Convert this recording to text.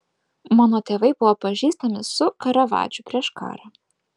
mano tėvai buvo pažįstami su karavadžu prieš karą